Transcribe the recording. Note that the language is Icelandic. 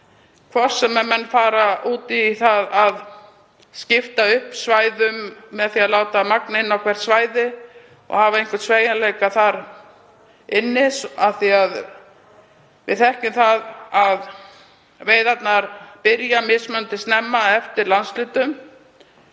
hvort sem menn fara út í það að skipta upp svæðum með því að láta magn inn á hvert svæði og hafa einhvern sveigjanleika þar inni eða ekki. Við þekkjum það að veiðarnar byrja mismunandi snemma eftir landshlutum